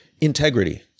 integrity